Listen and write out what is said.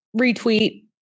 retweet